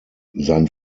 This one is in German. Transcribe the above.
sein